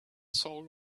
soul